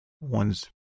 one's